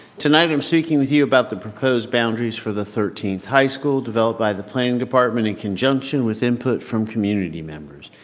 tonight i'm speaking with you about the proposed boundaries for the thirteenth high school developed by the planning department in conjunction with input from community members.